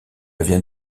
vient